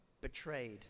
betrayed